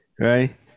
right